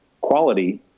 quality